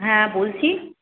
হ্যাঁ বলছি